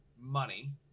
money